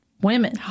women